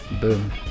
Boom